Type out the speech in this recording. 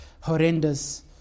horrendous